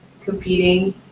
competing